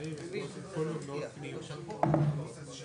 בדיוק, רעיונות חדשים.